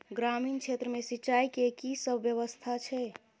ग्रामीण क्षेत्र मे सिंचाई केँ की सब व्यवस्था छै?